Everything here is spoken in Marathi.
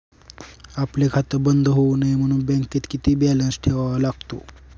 आपले खाते बंद होऊ नये म्हणून बँकेत किती बॅलन्स ठेवावा लागतो?